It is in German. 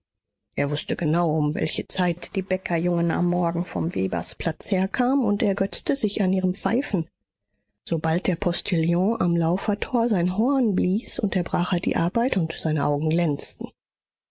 er wußte genau um welche zeit die bäckerjungen am morgen vom webersplatz herkamen und ergötzte sich an ihrem pfeifen sobald der postillon am laufertor sein horn blies unterbrach er die arbeit und seine augen glänzten